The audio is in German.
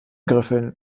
griffel